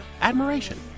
admiration